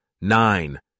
nine